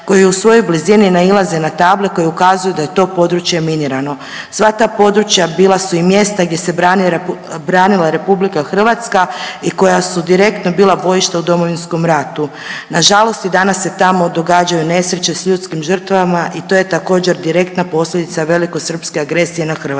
koji u svojoj blizini nailaze na table koje ukazuju da je to područje minirano. Sva ta područja bila su i mjesta gdje se branila Republika Hrvatska i koja su direktno bila bojište u Domovinskom ratu. Na žalost i danas se tamo događaju nesreće se ljudskim žrtvama i to je također direktna posljedica velikosrpske agresije na Hrvatsku.